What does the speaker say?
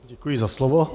Děkuji za slovo.